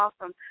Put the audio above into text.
awesome